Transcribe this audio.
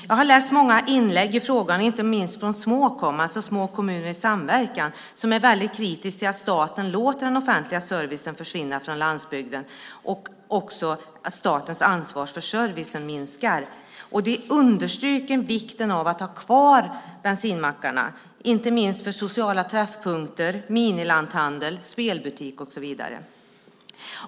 Jag har läst många inlägg i frågan, inte minst från Småkom, det vill säga De små kommunernas samverkan, som är väldigt kritiska till att staten låter den offentliga servicen försvinna från landsbygden och till att statens ansvar för servicen minskar. De understryker vikten av att ha kvar bensinmackarna, inte minst som sociala träffpunkter, minilanthandel, spelbutik och så vidare.